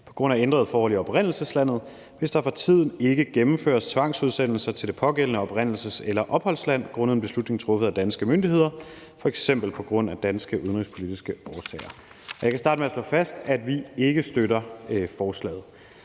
på grund af ændrede forhold i oprindelseslandet, hvis der for tiden ikke gennemføres tvangsudsendelser til det pågældende oprindelses- eller opholdsland grundet en beslutning truffet af danske myndigheder, f.eks. på grund af danske udenrigspolitiske årsager. Jeg kan starte med at slå fast, at vi ikke støtter forslaget.